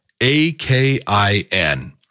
A-K-I-N